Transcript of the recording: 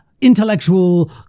intellectual